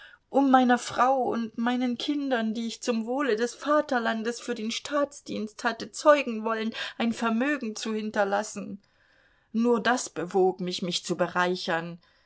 um meiner frau und meinen kindern die ich zum wohle des vaterlandes für den staatsdienst hatte zeugen wollen ein vermögen zu hinterlassen nur das bewog mich mich zu bereichern